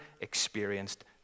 experienced